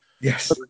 Yes